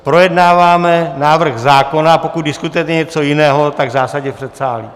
Projednáváme návrh zákona, a pokud diskutujete něco jiného, tak zásadně v předsálí.